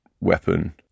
weapon